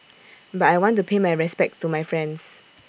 but I want to pay my respects to my friends